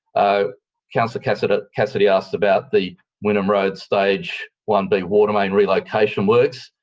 ah councillor cassidy cassidy asked about the wynnum road stage one b, water main relocation works.